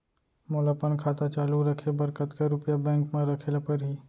मोला अपन खाता चालू रखे बर कतका रुपिया बैंक म रखे ला परही?